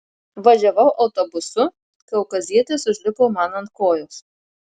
važiavau autobusu kaukazietis užlipo man ant kojos